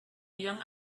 young